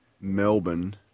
Melbourne